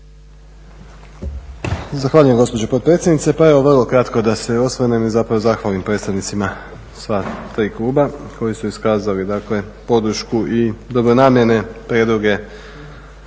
Zahvaljujem gospođo potpredsjednice. Pa evo vrlo kratko da se osvrnem i zapravo zahvalim predstavnicima sva tri kluba koji su iskazali dakle podršku i dobre namjere, prijedloge